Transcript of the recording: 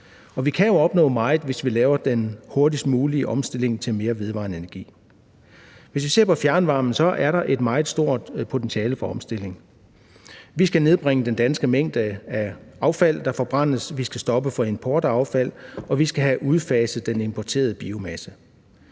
vi kan jo opnå meget, hvis vi laver den hurtigst mulige omstilling til mere vedvarende energi. Hvis vi ser på fjernvarme, er der et meget stort potentiale for omstilling. Vi skal nedbringe den danske mængde af affald, der forbrændes, vi skal stoppe for import af affald, og vi skal have udfaset den importerede biomasse.